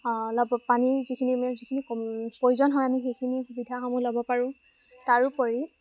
ল'ব পানীৰ যিখিনি মানে যিখিনি প্ৰয়োজন হয় আমি সেইখিনি সুবিধাসমূহ ল'ব পাৰোঁ তাৰোপৰি